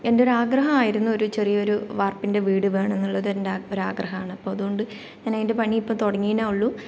എന്റെയൊരു ആഗ്രഹമായിരുന്നു ഒരു ചെറിയ ഒരു വാർപ്പിൻ്റെ വീട് വേണം എന്നുള്ളത് എൻ്റെ ഒരാഗ്രഹമാണ് അപ്പോൾ അതുകൊണ്ട് ഞാൻ അതിൻ്റെ പണി ഇപ്പോൾ തുടങ്ങിയതേയുള്ളൂ